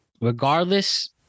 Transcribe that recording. regardless